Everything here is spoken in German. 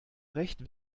recht